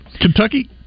Kentucky